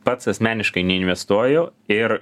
pats asmeniškai neinvestuoju ir